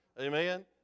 Amen